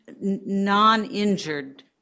non-injured